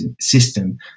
system